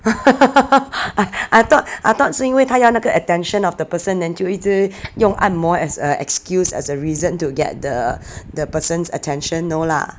I thought I thought 是因为她要那个 attention of the person then 就一直用按摩 as a excuse as a reason to get the the person's attention no lah